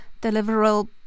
deliverable